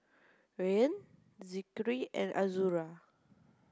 Rayyan Zikri and Azura